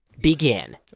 Begin